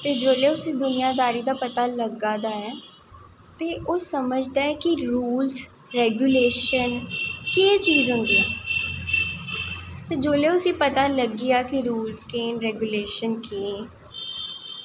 ते जिसलै उसी दुनिदारी दा पता लगा दा ऐ ते ओह् समझदा ऐ कि रूलस रैगुलेशनस केह् चीज़ होंदी ऐ ते जिसलै उसी पता लग्गी जा कि रूलस केह् न रैगुलेशनस केह् न